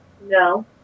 No